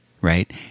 right